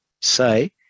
say